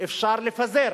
אפשר לפזר,